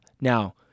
Now